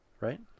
right